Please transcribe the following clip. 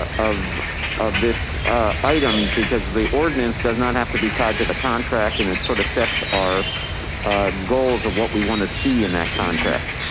of of this item because the ordinance does not have to be tied to the contract and it sort of sets our goals of what we wanna see in that contract.